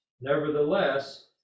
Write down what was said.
Nevertheless